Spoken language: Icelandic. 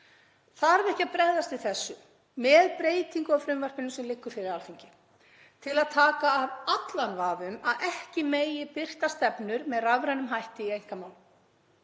Þarf ekki að bregðast við þessu með breytingu á frumvarpinu sem liggur fyrir Alþingi til að taka af allan vafa um að ekki megi birta stefnur með rafrænum hætti í einkamálum